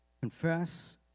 Confess